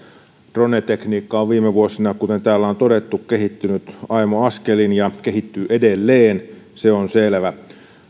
drone tekniikka on viime vuosina kuten täällä on todettu kehittynyt aimo askelin ja kehittyy edelleen se on selvä